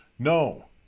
No